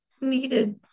needed